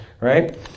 Right